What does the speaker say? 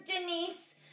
Denise